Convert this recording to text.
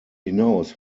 hinaus